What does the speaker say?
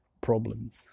problems